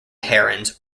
herons